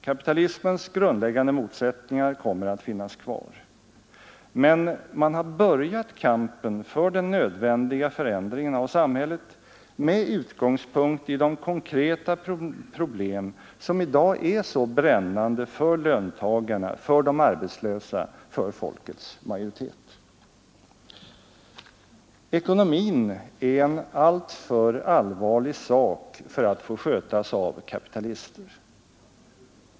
Kapitalismens grundläggande motsättningar kommer att finnas kvar. Men man har börjat kampen för den nödvändiga förändringen av samhället med utgångspunkt i de konkreta problem som i dag är så brännande för löntagarna, för de arbetslösa, för folkets majoritet. Ekonomin är en alltför allvarlig sak för att få skötas av kapitalister.